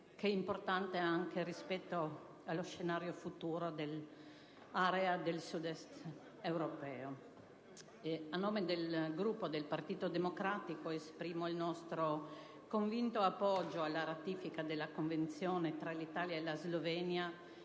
che è importante anche rispetto allo scenario futuro dell'area del Sud Est europeo. A nome del Gruppo Partito Democratico dichiaro il nostro convinto appoggio alla ratifica della Convenzione tra l'Italia e la Slovenia